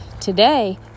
today